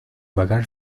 vagar